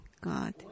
God